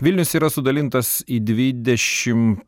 vilnius yra sudalintas į dvidešimt